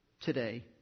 today